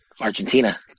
Argentina